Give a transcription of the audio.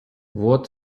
what